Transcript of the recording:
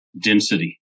density